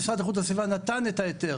נתן, המשרד לאיכות הסביבה נתן את ההיתר.